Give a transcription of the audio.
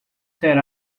set